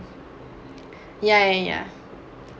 ya ya ya